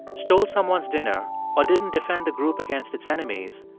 stole someone's dinner or didn't defend the group against its enemies,